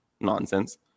nonsense